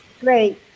Great